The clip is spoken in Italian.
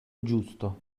giusto